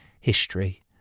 history